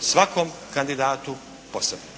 svakom kandidatu posebno?